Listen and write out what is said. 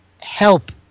help